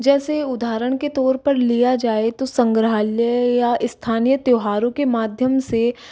जैसे उदाहरण के तौर पर लिया जाए तो संग्रहालय या स्थानीय त्योहारों के माध्यम से